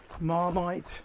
Marmite